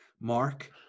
Mark